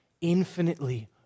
infinitely